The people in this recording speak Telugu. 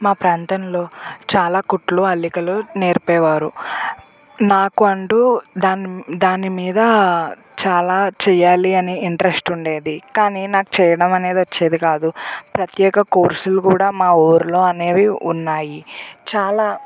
మా ప్రాంతంలో చాలా కుట్లు అల్లికలు నేర్పించే వారు మాకంటు దా దాని మీద చాలా చేయాలి అని ఇంట్రెస్ట్ ఉండేది కానీ నాకు చేయడం అనేది వచ్చేది కాదు ప్రత్యేక కోర్సులు కూడా మా ఊళ్ళో అనేవి ఉన్నాయి చాలా